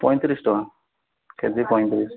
ପଇଁତିରିଶ ଟଙ୍କା କେଜି ପଇଁତିରିଶ